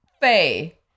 Faye